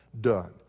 done